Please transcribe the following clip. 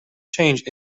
change